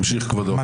ימשיך כבודו.